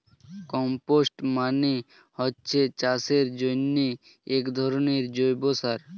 compost মানে হচ্ছে চাষের জন্যে একধরনের জৈব সার